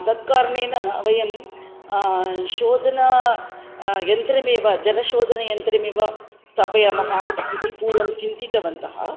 तत् कारणेन वयं शोधनं यन्त्रमेव जलशोधनयन्त्रमेव स्थापयामः इति पूर्वं चिन्तितवन्तः